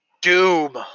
Doom